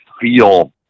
feel